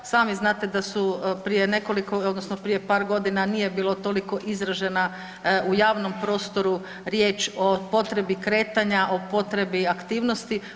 Sami znate da su prije nekoliko, odnosno prije par godina nije bilo toliko izražena u javnom prostoru riječ o potrebi kretanja, o potrebi aktivnosti.